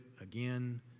again